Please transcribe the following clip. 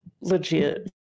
legit